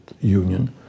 Union